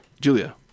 Julia